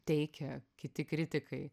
teikia kiti kritikai